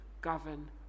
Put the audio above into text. govern